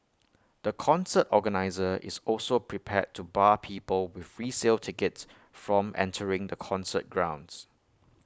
the concert organiser is also prepared to bar people with resale tickets from entering the concert grounds